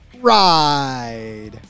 ride